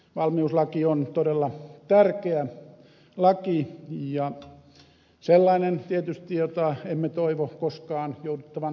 valmiuslaki on todella tärkeä laki ja sellainen tietysti jota emme toivo koskaan jouduttavan käyttämään